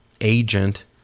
agent